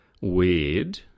weird